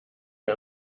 der